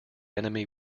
enemy